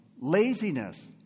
laziness